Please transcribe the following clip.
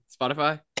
spotify